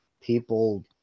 People